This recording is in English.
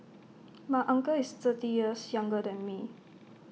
my uncle is thirty years younger than me